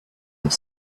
have